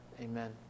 Amen